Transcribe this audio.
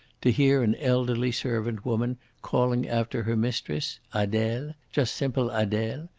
to hear an elderly servant-woman calling after her mistress, adele, just simple adele?